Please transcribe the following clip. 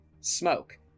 Smoke